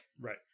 Right